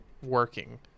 Working